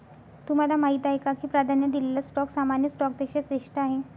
तुम्हाला माहीत आहे का की प्राधान्य दिलेला स्टॉक सामान्य स्टॉकपेक्षा श्रेष्ठ आहे?